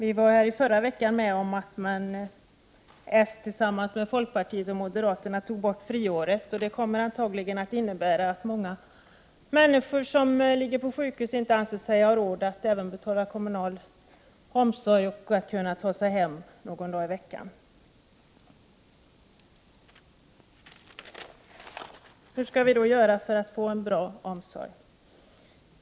I förra veckan tog socialdemokraterna tillsammans med folkpartister och moderater bort friåret, och det kommer antagligen att innebära att många människor som ligger på sjukhus inte anser sig ha råd att även betala kommunal omsorg och att kunna ta sig hem någon dag i veckan. Hur skall vi då göra för att få en bra omsorg?